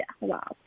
wow